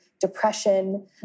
depression